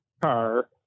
car